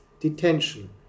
detention